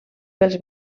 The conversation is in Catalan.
pels